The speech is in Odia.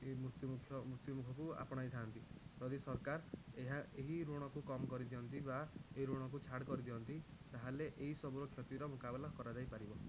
ଏହି ମୃତ୍ୟୁ ମୁଖକୁ ମୃତ୍ୟୁ ମୁଁହକୁ ଆପଣାଇଥାନ୍ତି ଯଦି ସରକାର ଏହା ଏହି ଋଣକୁ କମ କରିଦିଅନ୍ତି ବା ଏହି ଋଣକୁ ଛାଡ଼ କରିଦିଅନ୍ତି ତାହେଲେ ଏହି ସବୁ କ୍ଷତିର ମୁକାବିଲା କରାଯାଇପାରିବ